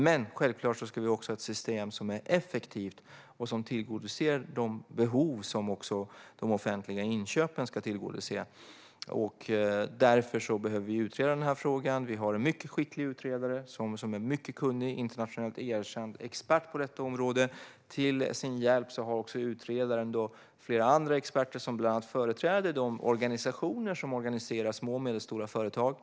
Men självklart ska det vara ett system som är effektivt och möter de behov som de offentliga inköpen ska tillgodose. Därför behöver frågan utredas. Vi har en mycket skicklig och kunnig utredare, en internationellt erkänd expert på området. Till sin hjälp har utredaren flera andra experter som bland annat företräder de organisationer som organiserar små och medelstora företag.